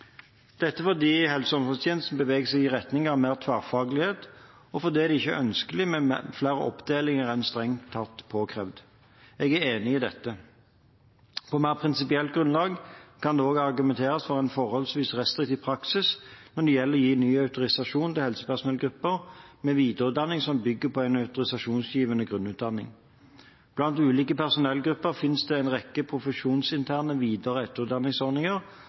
dette fordi helse- og omsorgstjenesten beveger seg i retning av mer tverrfaglighet, og fordi det ikke er ønskelig med flere oppdelinger enn strengt påkrevet. Jeg er enig i dette. På mer prinsipielt grunnlag kan det også argumenteres for en forholdsvis restriktiv praksis når det gjelder å gi ny autorisasjon til helsepersonellgrupper med videreutdanning som bygger på en autorisasjonsgivende grunnutdanning. Blant ulike personellgrupper finnes det en rekke profesjonsinterne videre-